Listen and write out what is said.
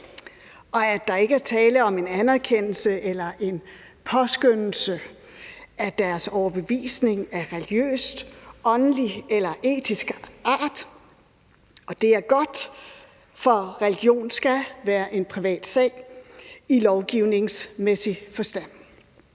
og at der ikke er tale om en anerkendelse eller en påskønnelse af deres overbevisning af religiøs, åndelig eller etisk art, og det er godt, for religion skal være en privat sag i lovgivningsmæssig forstand.